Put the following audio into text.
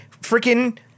freaking